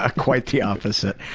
ah quite the opposite.